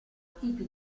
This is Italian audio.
tipi